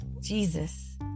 Jesus